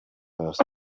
first